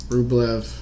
Rublev